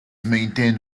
maintained